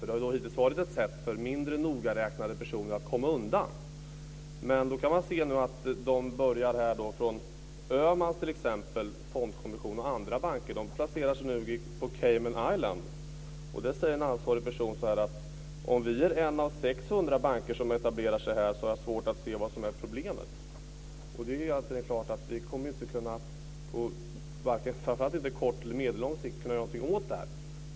Det har hittills varit ett sätt för mindre nogräknade personer att komma undan. Men nu börjar t.ex. Öhmans Fondkommission och andra banker att placera sig på Cayman Island. En ansvarig person där säger så här: Om vi är en av 600 banker som etablerar sig här, har jag svårt att se vad som är problemet. Det är klart att vi inte kommer att kunna göra någonting åt detta, framför allt inte på kort eller medellång sikt.